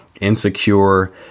insecure